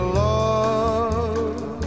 love